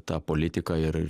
ta politika ir